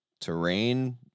terrain